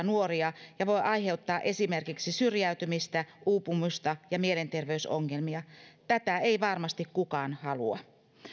nuoria ja voi aiheuttaa esimerkiksi syrjäytymistä uupumista ja mielenterveysongelmia tätä ei varmasti kukaan halua